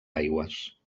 aigües